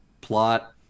plot